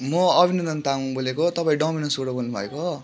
म अभिनन्दन तामाङ बोलेको तपाईँ डोमिनोजबाट बोल्नु भएको हो